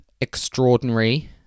extraordinary